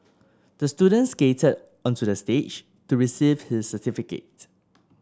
the student skated onto the stage to receive his certificate